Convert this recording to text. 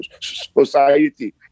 society